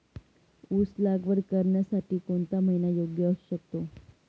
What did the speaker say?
ऊस लागवड करण्यासाठी कोणता महिना योग्य असू शकतो?